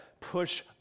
push